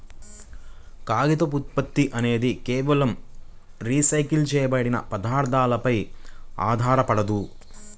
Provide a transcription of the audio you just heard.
కాగితపు ఉత్పత్తి అనేది కేవలం రీసైకిల్ చేయబడిన పదార్థాలపై ఆధారపడదు